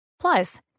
Plus